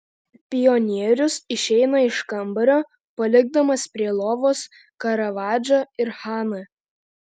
pionierius išeina iš kambario palikdamas prie lovos karavadžą ir haną